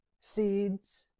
seeds